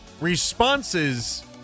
responses